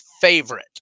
favorite